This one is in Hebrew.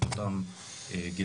את אותם גנרטורים.